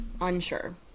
Unsure